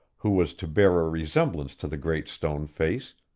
who was to bear a resemblance to the great stone face,